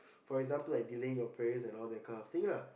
for example like delaying your prayers and all that kind of thing lah